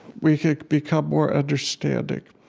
we can become more understanding.